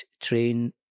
train